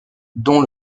dont